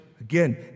Again